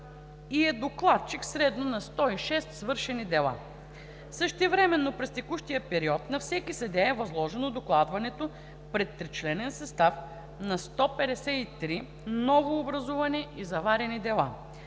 и е докладчик средно на 106 свършени дела. Същевременно през текущия период на всеки съдия е възложено докладването пред тричленен състав на 153 новообразувани и заварени дела.